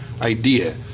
idea